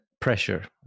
pressure